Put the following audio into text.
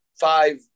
five